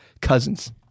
Cousins